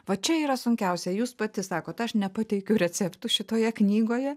va čia yra sunkiausia jūs pati sakot aš nepateikiu receptų šitoje knygoje